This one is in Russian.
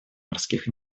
морских